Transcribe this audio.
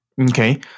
Okay